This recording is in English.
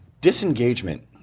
Disengagement